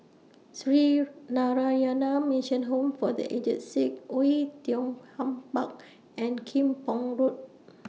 Sree Narayana Mission Home For The Aged Sick Oei Tiong Ham Park and Kim Pong Road